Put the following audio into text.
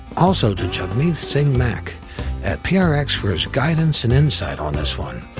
also to jagmeet singh mac at prx for his guidance and insight on this one.